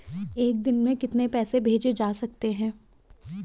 एक दिन में कितने पैसे भेजे जा सकते हैं?